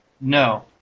No